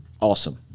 awesome